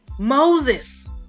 Moses